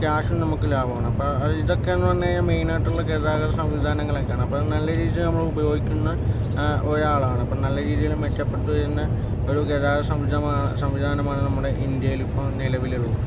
ക്യാഷും നമുക്ക് ലാഭമാണ് അപ്പോൾ ഇതൊക്കെയെന്ന് പറഞ്ഞ് കഴിഞ്ഞാൽ മെയിനായിട്ടുള്ള ഗതാഗത സംവിധാനങ്ങളൊക്കെയാണ് അപ്പോൾ നല്ല രീതിയിൽ നമ്മൾ അത് ഉപയോഗിക്കുന്ന ഒരാളാണ് അപ്പോൾ നല്ല രീതിയിൽ മെച്ചപ്പെട്ട് തന്നെ ഒരു ഗതാഗത സംവിധമാണ് സംവിധാനമാണ് നമ്മുടെ ഇന്ത്യയിൽ ഇപ്പോൾ നിലവിലുള്ളത്